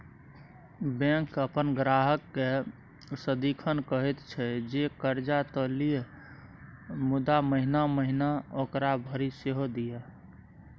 bank अपन ग्राहककेँ सदिखन कहैत छै जे कर्जा त लिअ मुदा महिना महिना ओकरा भरि सेहो दिअ